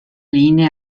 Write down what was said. linee